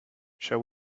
shall